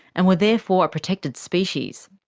and were therefore a protected species.